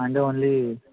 అంటే ఓన్లీ